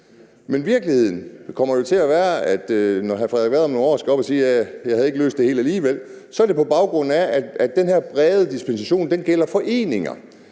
Men virkeligheden kommer jo til at være, at når hr. Frederik Vad om nogle år skal op på talerstolen og sige, han ikke havde fået løst det hele alligevel, så vil det være på baggrund af, at den her brede dispensation gælder foreninger,